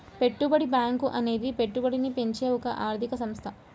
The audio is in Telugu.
పెట్టుబడి బ్యాంకు అనేది పెట్టుబడిని పెంచే ఒక ఆర్థిక సంస్థ